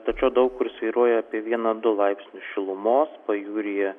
tačiau daug kur svyruoja apie vieną du laipsnius šilumos pajūryje